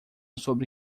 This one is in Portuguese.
sobre